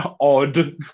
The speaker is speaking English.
odd